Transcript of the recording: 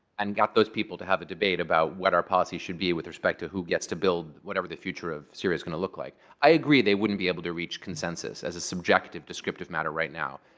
and got those people to have a debate about what our policy should be with respect to who gets to build whatever the future of syria's going to look like, i agree they wouldn't be able to reach consensus, as a subjective, descriptive matter right now.